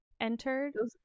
entered